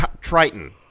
Triton